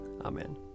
Amen